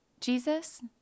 Jesus